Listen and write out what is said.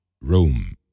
Rome